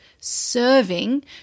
serving